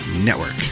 Network